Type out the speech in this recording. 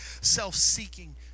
self-seeking